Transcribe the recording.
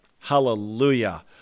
Hallelujah